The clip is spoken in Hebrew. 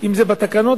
אם בתקנות,